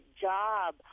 job